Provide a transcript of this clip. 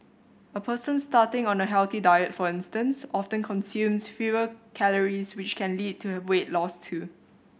a person starting on a healthy diet for instance often consumes fewer calories which can lead to a weight loss too